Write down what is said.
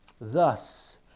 Thus